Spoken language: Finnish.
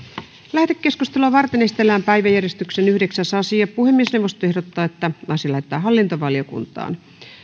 lähetekeskustelua varten esitellään päiväjärjestyksen yhdeksäs asia puhemiesneuvosto ehdottaa että asia lähetetään hallintovaliokuntaan